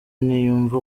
ntiyumva